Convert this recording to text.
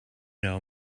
know